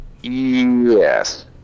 Yes